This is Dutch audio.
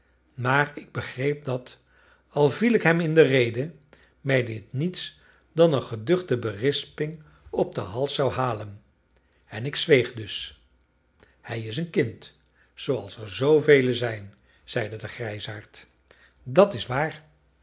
maar ik begreep dat al viel ik hem in de rede mij dit niets dan een geduchte berisping op den hals zou halen en ik zweeg dus hij is een kind zooals er zoovelen zijn zeide de grijsaard dat is waar